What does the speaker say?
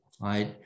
right